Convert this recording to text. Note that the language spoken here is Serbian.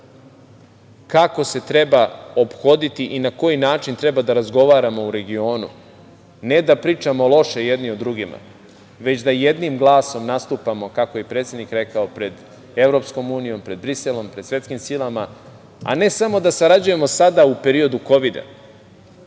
kako se treba ophoditi i na koji način treba da razgovaramo u regionu, ne da pričamo loše jedni o drugima, već da jednim glasom nastupamo, kako je i predsednik rekao, pred EU, pred Briselom, pred svetskim silama, a ne samo da sarađujemo sada u periodu